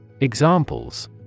Examples